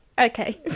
Okay